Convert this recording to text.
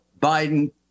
Biden